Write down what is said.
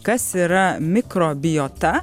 kas yra mikrobiota